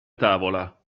tavola